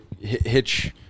Hitch